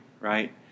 Right